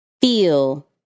feel